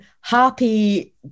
happy